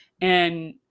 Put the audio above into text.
and-